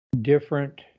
different